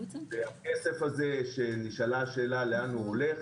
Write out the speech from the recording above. הכסף הזה שנשאלה שאלה, לאן הוא הולך